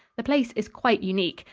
the place is quite unique.